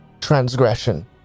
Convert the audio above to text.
transgression